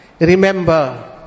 remember